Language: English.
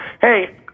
hey